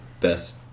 best